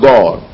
God